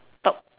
top